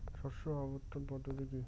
শস্য আবর্তন পদ্ধতি কি?